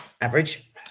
average